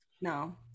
no